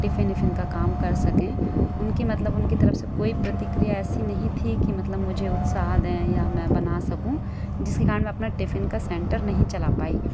tiffin विफिन का काम कर सके उनके मतलब उनकी तरफ से कोई प्रतिक्रिया ऐसी नहीं थी कि मतलब मुझे उत्साद है या मैं बना सकूं जिसके कारण मैं अपना टिफिन का सेंटर नहीं चला पाई